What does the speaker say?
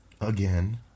Again